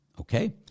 Okay